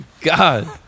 God